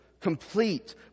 complete